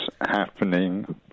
happening